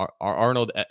Arnold